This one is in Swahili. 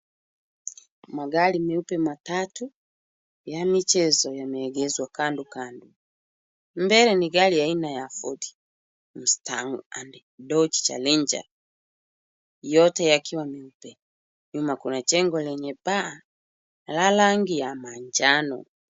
Magari meupe matatu ya michezo yameegeshwa kando. Mbele ni gari la aina ya ford ,mstang and donge challenger yote yakiwa meupe. Nyuma kuna nyumba lenye paa la rangi ya manjano.